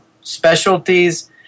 specialties